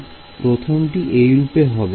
অতএব প্রথমটি এইরূপে হবে